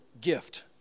gift